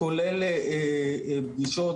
שכולל פגישות,